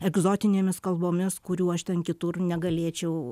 egzotinėmis kalbomis kurių aš ten kitur negalėčiau